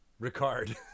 Ricard